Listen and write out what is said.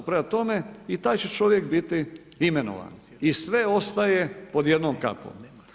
Prema tome, i taj će čovjek biti imenovan i sve ostaje pod jednom kapom.